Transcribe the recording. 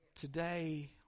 Today